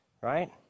right